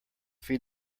feed